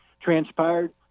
transpired